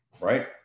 right